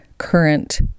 current